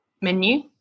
menu